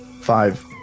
Five